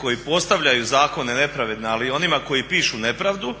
koji postavljaju zakone nepravedne, ali i onima koji pišu nepravdu.",